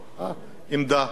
עמדה,